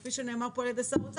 כפי שנאמר פה על ידי שר האוצר,